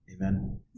Amen